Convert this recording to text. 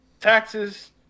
taxes